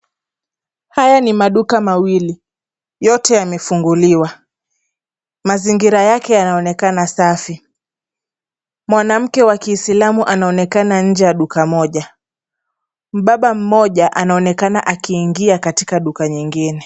Haya ni maduka mawili, yote yamefunguliwa, mazingira yake yanaonekana safi. Mwanamke wa kiislamu anaonekana nje ya duka moja. Mbaba mmoja anaonekana akiingia katika duka nyingine.